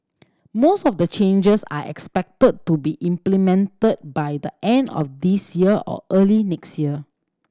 most of the changes are expected to be implemented by the end of this year or early next year